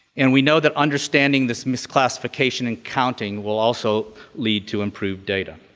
and we know that understanding this misclassification in counting will also lead to improved data.